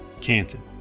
Canton